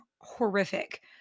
horrific